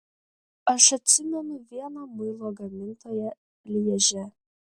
aš atsimenu vieną muilo gamintoją lježe